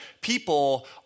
people